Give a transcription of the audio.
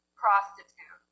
prostitute